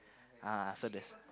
ah so there's